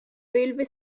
railway